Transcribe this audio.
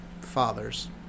fathers